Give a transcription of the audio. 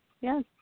yes